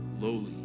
lowly